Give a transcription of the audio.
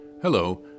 Hello